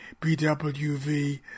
BWV